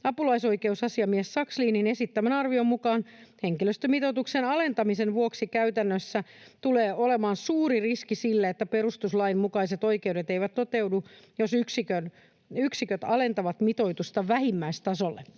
Apulaisoikeusasiamies Sakslinin esittämän arvion mukaan henkilöstömitoituksen alentamisen vuoksi käytännössä tulee olemaan suuri riski sille, että perustuslain mukaiset oikeudet eivät toteudu, jos yksiköt alentavat mitoitusta vähimmäistasolle.